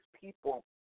people